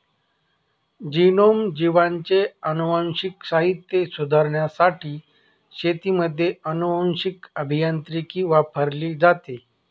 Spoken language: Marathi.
जीनोम, जीवांचे अनुवांशिक साहित्य सुधारण्यासाठी शेतीमध्ये अनुवांशीक अभियांत्रिकी वापरली जाते